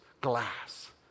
glass